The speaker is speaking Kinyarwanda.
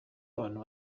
abantu